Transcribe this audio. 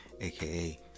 aka